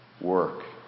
Work